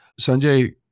Sanjay